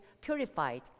purified